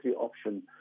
option